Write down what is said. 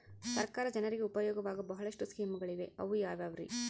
ಸರ್ಕಾರ ಜನರಿಗೆ ಉಪಯೋಗವಾಗೋ ಬಹಳಷ್ಟು ಸ್ಕೇಮುಗಳಿವೆ ಅವು ಯಾವ್ಯಾವ್ರಿ?